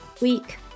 week